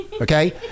okay